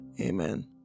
amen